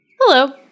Hello